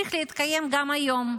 וממשיך להתקיים גם היום,